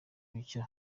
bityo